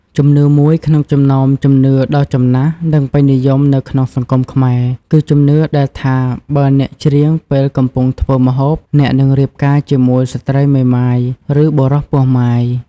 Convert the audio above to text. ជំនឿមួយក្នុងចំណោមជំនឿដ៏ចំណាស់ និងពេញនិយមនៅក្នុងសង្គមខ្មែរ គឺជំនឿដែលថា "បើអ្នកច្រៀងពេលកំពុងធ្វើម្ហូប អ្នកនឹងរៀបការជាមួយស្ត្រីមេម៉ាយ ឬបុរសពោះម៉ាយ"។